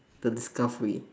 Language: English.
the discovery